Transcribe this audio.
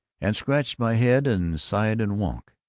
and scratched my head and sighed and wunk,